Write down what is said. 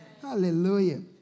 Hallelujah